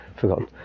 forgotten